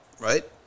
Right